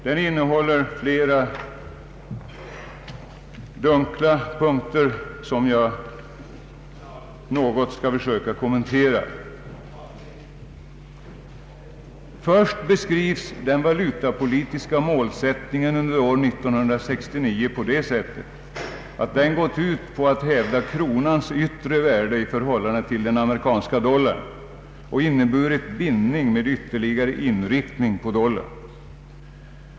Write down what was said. Den innehåller flera dunkla punkter som jag något vill kommentera. Först beskrivs den valutapolitiska målsättningen under år 1969 på det sättet att den gått ut på att hävda kronans yttre värde i förhållande till den amerikanska dollarn och inneburit bindning med ytterligare inriktning på dollarn.